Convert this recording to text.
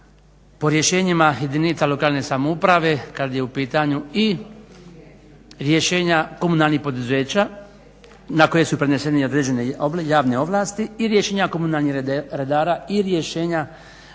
po rješenjima jedinica lokalne samouprave, kad je u pitanju i rješenja komunalnih poduzeća na koje su preneseni određene javne ovlasti i rješenja komunalnih redara i rješenja